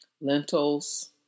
Lentils